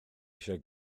eisiau